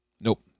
nope